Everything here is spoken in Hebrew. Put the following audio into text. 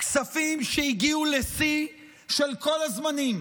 כספים שהגיעו לשיא של כל הזמנים